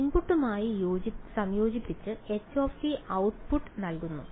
ഇൻപുട്ടുമായി സംയോജിപ്പിച്ച h output നൽകുന്നു